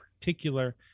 particular